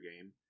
game